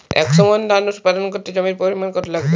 একশো মন ধান উৎপাদন করতে জমির পরিমাণ কত লাগবে?